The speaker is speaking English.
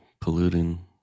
polluting